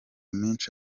menshi